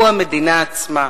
הוא המדינה עצמה.